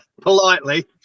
politely